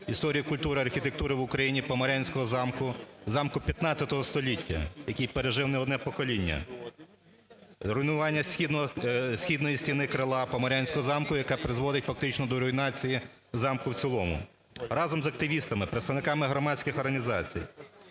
історії культури, архітектури в Україні Поморянського замку, замку ХV століття, який пережив не одне покоління. Зруйнування східної стіни крила Поморянського замку, яка призводить фактично до руйнації замку в цілому. Разом з активістами, представниками громадських організацій